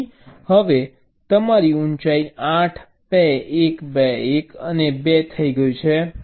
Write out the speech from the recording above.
તેથી હવે તમારી ઊંચાઈ 8 2 1 2 1 અને 2 થઈ ગઈ છે